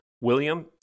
William